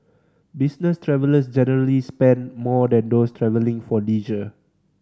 business travellers generally spend more than those travelling for leisure